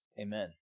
Amen